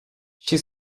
she